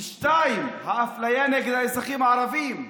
2. האפליה נגד האזרחים הערבים,